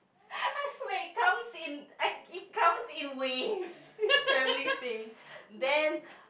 I swear it comes in it comes in waves traveling thing then